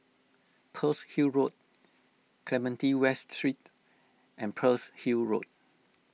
Pearl's Hill Road Clementi West Street and Pearl's Hill Road